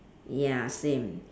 ya same